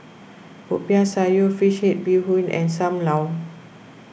Popiah Sayur Fish Head Bee Hoon and Sam Lau